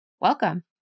Welcome